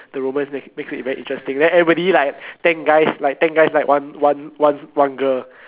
the romance make makes it very interesting then everybody like ten guys like ten guys like one one one one one girl